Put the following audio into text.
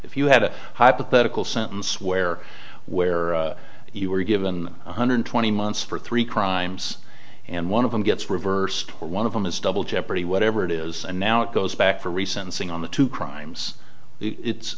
if you had a hypothetical sentence where where you were given one hundred twenty months for three crimes and one of them gets reversed or one of them is double jeopardy whatever it is and now it goes back for recent saying on the two crimes it's